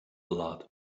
blood